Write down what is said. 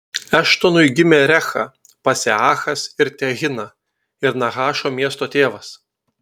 eštonui gimė recha paseachas ir tehina ir nahašo miesto tėvas